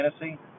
Fantasy